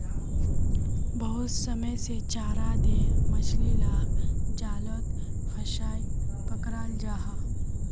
बहुत समय से चारा दें मछली लाक जालोत फसायें पक्राल जाहा